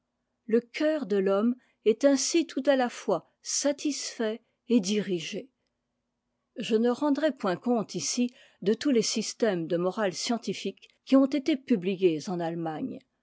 le cœur de l'homme est ainsi tout à la fois satisfait et dirigé te ne rendrai point compte ici de tous les systèmes de morale scientifique qui ont été publiés en allemagne